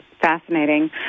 Fascinating